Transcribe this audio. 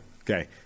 Okay